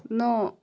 ନଅ